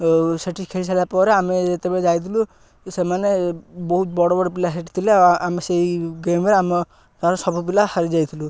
ଆ ସେଠି ଖେଳି ସାରିଲା ପରେ ଆମେ ଯେତେବେଳେ ଯାଇଥିଲୁ ସେମାନେ ବହୁତ ବଡ଼ ବଡ଼ ପିଲା ହେଠି ଥିଲେ ଆ ଆମେ ସେଇ ଗେମ୍ର ଆମ ଧର ସବୁ ପିଲା ହାରି ଯାଇଥିଲୁ